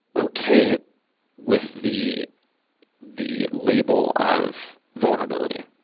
okay it with the the label of vulnerability.